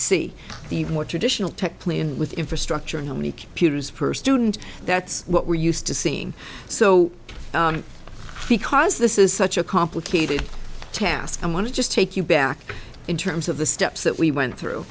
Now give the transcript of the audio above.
see the more traditional tech play and with infrastructure and how many computers per student that's what we're used to seeing so because this is such a complicated task i want to just take you back in terms of the steps that we went through